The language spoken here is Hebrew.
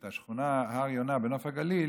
את שכונת הר יונה בנוף הגליל,